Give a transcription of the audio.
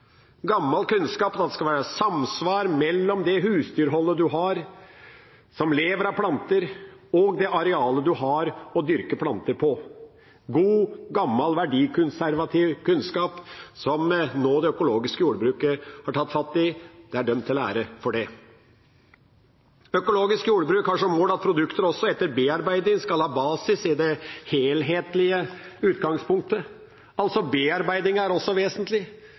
skal være samsvar mellom husdyrholdet du har, som lever av planter, og arealet du har å dyrke planter på – god, gammel, verdikonservativ kunnskap som det økologiske jordbruket nå har tatt fatt i. Det er dem til ære for det. Økologisk jordbruk har som mål at produkter også etter bearbeiding skal ha basis i det helhetlige utgangspunktet. Bearbeiding er altså også vesentlig.